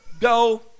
go